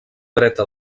dreta